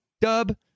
Dub